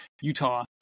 Utah